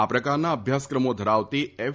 આ પ્રકારના અભ્યાસક્રમો ધરાવતી એફ